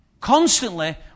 Constantly